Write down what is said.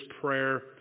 prayer